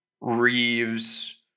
Reeves